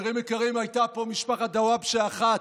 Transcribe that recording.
חברים יקרים, הייתה פה משפחת דוואבשה אחת.